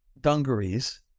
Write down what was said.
dungarees